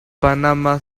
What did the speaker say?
panama